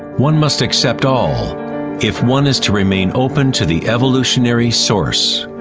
one must accept all if one is to remain open to the evolutionary source.